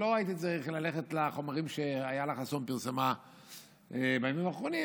אני לא הייתי צריך ללכת לחומרים שאילה חסון פרסמה בימים האחרונים,